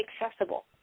accessible